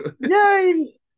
Yay